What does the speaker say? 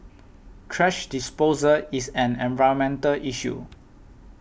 thrash disposal is an environmental issue